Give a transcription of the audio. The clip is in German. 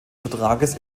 vertrages